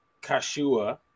Kashua